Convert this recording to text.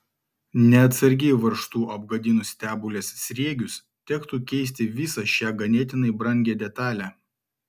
neatsargiai varžtu apgadinus stebulės sriegius tektų keisti visą šią ganėtinai brangią detalę